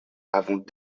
avons